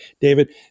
David